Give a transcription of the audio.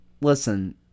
listen